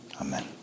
Amen